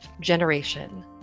generation